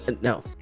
No